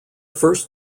first